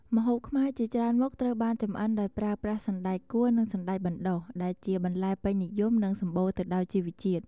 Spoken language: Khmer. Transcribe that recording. ម្ហូបខ្មែរជាច្រើនមុខត្រូវបានចម្អិនដោយប្រើប្រាស់ សណ្តែកគួរ និង សណ្តែកបណ្តុះ ដែលជាបន្លែពេញនិយម និងសម្បូរទៅដោយជីវជាតិ។